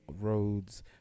roads